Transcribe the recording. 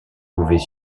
pouvez